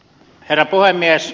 herra puhemies